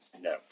No